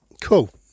Cool